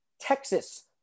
Texas